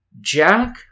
Jack